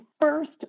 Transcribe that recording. first